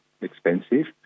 expensive